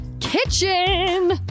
kitchen